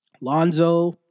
Lonzo